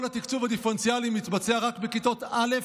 כל התקצוב הדיפרנציאלי מתבצע רק בכיתות א'